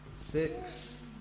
six